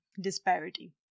disparity